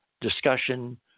discussion